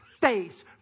face